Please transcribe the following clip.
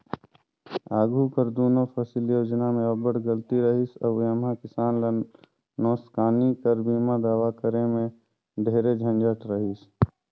आघु कर दुनो फसिल योजना में अब्बड़ गलती रहिस अउ एम्हां किसान ल नोसकानी कर बीमा दावा करे में ढेरे झंझट रहिस